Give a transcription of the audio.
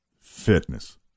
Fitness